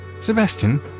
Sebastian